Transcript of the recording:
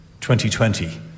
2020